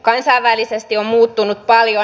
kansainvälisesti on muuttunut paljon